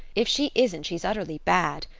if she isn't she's utterly bad.